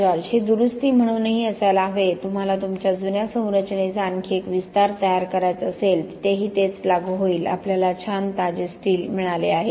George हे दुरूस्ती म्हणूनही असायला हवे तुम्हाला तुमच्या जुन्या संरचनेचा आणखी एक विस्तार तयार करायचा असेल तिथेही तेच लागू होईल आपल्याला छान ताजे स्टील मिळाले आहे